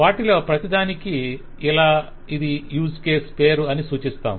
వాటిలో ప్రతిదానికి ఇలా ఇది యూజ్ కేస్ పేరు అని సూచిస్తాము